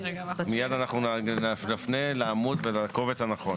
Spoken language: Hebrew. מיד אנחנו נפנה לעמוד ולקובץ הנכון.